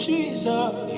Jesus